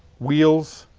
wheels,